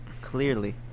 Clearly